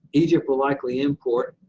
egypt will likely import.